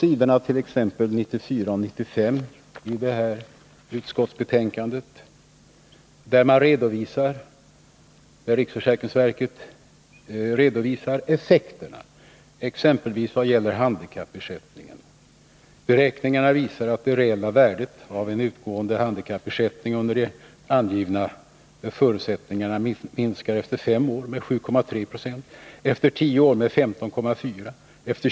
Slå t.ex. upp s. 94 i utskottsbetänkandet, där riksförsäkringsverket redovisar effekterna när det gäller handikappersättningen: Läs sedan på s. 95!